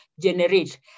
generate